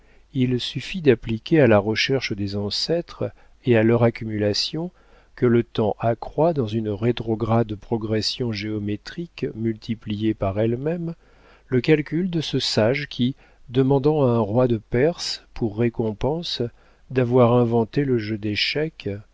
il suffit d'appliquer à la recherche des ancêtres et à leur accumulation que le temps accroît dans une rétrograde progression géométrique multipliée par elle-même le calcul de ce sage qui demandant à un roi de perse pour récompense d'avoir inventé le jeu d'échecs